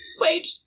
Wait